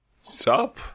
Sup